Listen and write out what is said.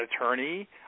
attorney